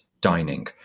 dining